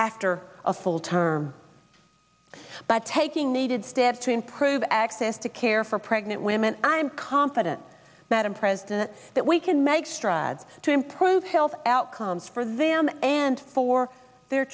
after a full term but taking needed steps to improve access to care for pregnant women and i'm confident that i'm president that we can make strides to improve health outcomes for them and for their